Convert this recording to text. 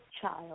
child